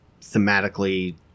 thematically